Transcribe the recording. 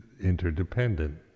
interdependent